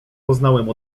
poznałem